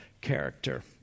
character